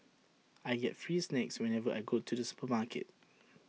I get tree snacks whenever I go to the supermarket